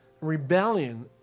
Rebellion